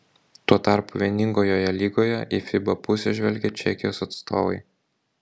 tuo tarpu vieningojoje lygoje į fiba pusę žvelgia čekijos atstovai